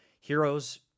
heroes